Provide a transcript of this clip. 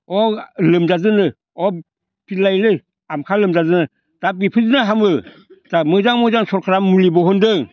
ह लोमजादोंनो ह पिल लायनो आमखाया लोमजादोंनो दा बिफोरजोंनो हामो दा मोजां मोजां सरखारा मुलि बहनदों